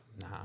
Nah